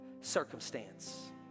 circumstance